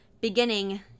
beginning